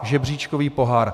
Žebříčkový pohár.